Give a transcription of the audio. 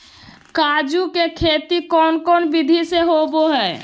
काजू के खेती कौन कौन विधि से होबो हय?